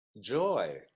Joy